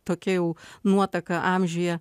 tokia jau nuotaka amžiuje